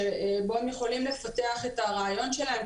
שבו הם יכולים לפתח את הרעיון שלהם.